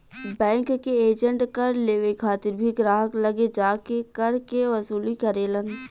bank के agent कर लेवे खातिर भी ग्राहक लगे जा के कर के वसूली करेलन